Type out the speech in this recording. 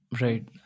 right